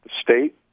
state